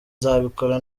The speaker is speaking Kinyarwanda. nzabikora